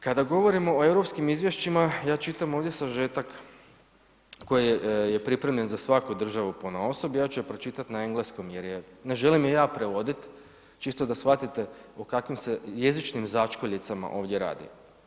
Kada govorimo o europskim izvješćima, ja čitam ovdje sažetak koji je pripremljen za svaku državu ponaosob, ja ću je pročitati na engleskom jer, ne želim je ja prevoditi, čisto da shvatite o kakvim se jezičnim začkoljicama ovdje radi.